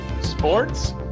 sports